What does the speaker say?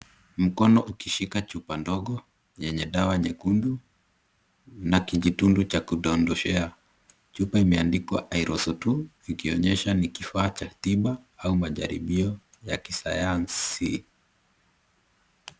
Mkono ukishika chupa ndogo yenye dawa nyekundu na kijitundu cha kudondoshea. Chupa imeandikwa Aeresotu ikionyesha ni kifaa cha tiba au majaribio ya kisayansi.